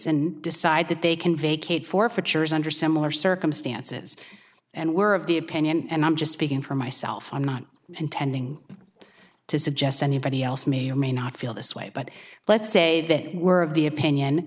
and decide that they can vacate forfeitures under similar circumstances and were of the opinion and i'm just speaking for myself i'm not intending to suggest anybody else may or may not feel this way but let's say they were of the opinion